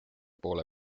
poole